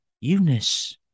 Eunice